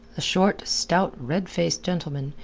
a short, stout, red-faced gentleman,